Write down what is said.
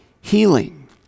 healing